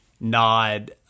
nod